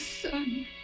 son